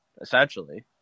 essentially